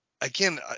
Again